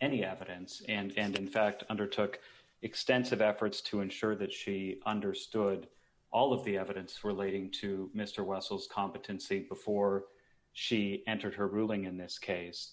any evidence and in fact undertook extensive efforts to ensure that she understood all of the evidence relating to mr wessels competency before she entered her ruling in this case